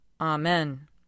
Amen